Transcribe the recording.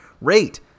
rate